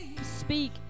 speak